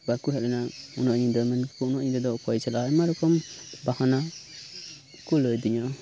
ᱵᱟᱠᱚ ᱦᱮᱡ ᱞᱮᱱᱟ ᱩᱱᱟᱹᱜ ᱧᱤᱫᱟᱹ ᱢᱮᱱ ᱮᱫᱟᱠᱚ ᱩᱱᱟᱹᱜ ᱧᱤᱫᱟᱹ ᱫᱚ ᱚᱠᱚᱭ ᱪᱟᱞᱟᱜᱼᱟ ᱟᱭᱢᱟ ᱨᱚᱠᱚᱢ ᱵᱟᱦᱟᱱᱟ ᱠᱚ ᱞᱟᱹᱭᱟᱫᱤᱧᱟ